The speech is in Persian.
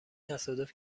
تصادف